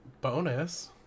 Bonus